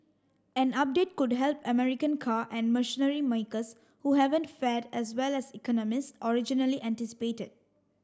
an update could help American car and machinery makers who haven't fared as well as economists originally anticipated